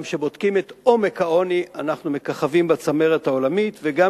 גם כשבודקים את עומק העוני אנחנו מככבים בצמרת העולמית וגם